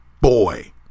boy